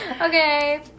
Okay